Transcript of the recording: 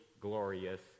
glorious